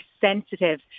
sensitive